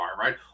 right